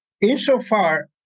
Insofar